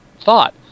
thought